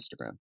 Instagram